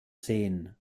seen